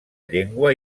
llengua